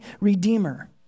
redeemer